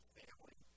family